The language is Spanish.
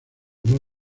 más